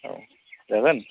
औ जागोन